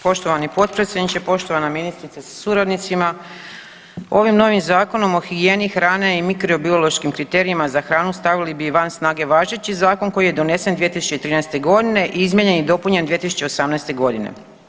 Poštovani potpredsjedniče, poštovana ministrice sa suradnicima, ovim novim Zakonom o higijeni hrane i mikrobiološkim kriterijima za hranu stavili bi i van snage važeći zakon koji je donesen 2013. godine i izmijenjen i dopunjen 2018. godine.